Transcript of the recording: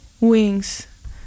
wings